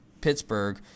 Pittsburgh